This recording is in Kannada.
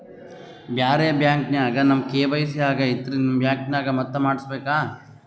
ಬ್ಯಾರೆ ಬ್ಯಾಂಕ ನ್ಯಾಗ ನಮ್ ಕೆ.ವೈ.ಸಿ ಆಗೈತ್ರಿ ನಿಮ್ ಬ್ಯಾಂಕನಾಗ ಮತ್ತ ಮಾಡಸ್ ಬೇಕ?